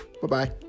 bye-bye